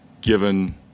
given